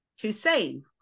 Hussein